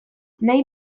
nahi